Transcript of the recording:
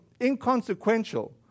inconsequential